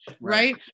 right